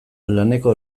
laneko